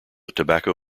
tobacco